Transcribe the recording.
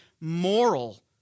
moral